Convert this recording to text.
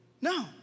No